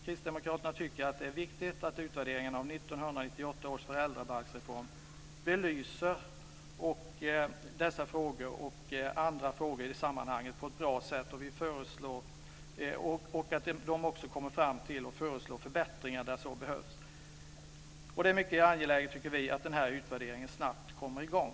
Kristdemokraterna tycker att det är viktigt att utvärderingen av 1998 års föräldrabalksreform belyser dessa och andra frågor på ett bra sätt och att man föreslår förbättringar där så behövs. Det är mycket angeläget att utvärderingen snabbt kommer i gång.